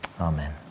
Amen